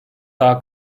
daha